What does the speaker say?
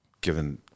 Given